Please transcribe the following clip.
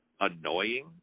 annoying